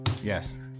yes